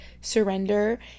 surrender